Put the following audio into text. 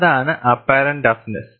അതാണ് apparent toughness